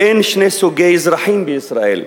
אין שני סוגי אזרחים בישראל,